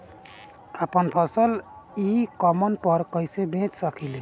आपन फसल e commerce पर कईसे बेच सकिले?